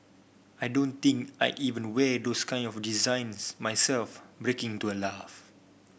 I don't think I'd even wear those kind of designs myself breaking into a laugh